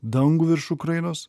dangų virš ukrainos